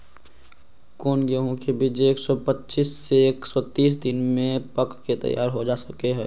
कौन गेंहू के बीज एक सौ पच्चीस से एक सौ तीस दिन में पक के तैयार हो जा हाय?